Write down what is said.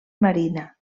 marina